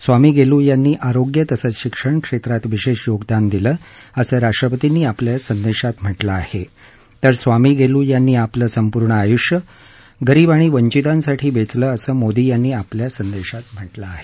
स्वामीगेलु यांनी आरोग्य तसंच शिक्षण क्षेत्रात विशेष योगदान दिलं असं राष्ट्रपतींनी आपल्या संदेशात म्हा ठिं आहे तर स्वामीगेलु यांनी आपलं संपूर्ण आयुष्य गरीब आणि वचींतासाठी वेचलं असं मोदी यांनी आपल्या संदेशात म्हात्रिं आहे